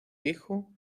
hijo